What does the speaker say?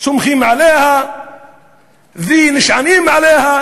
סומכים עליה ונשענים עליה,